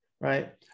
right